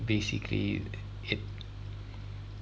basically it